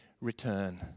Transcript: return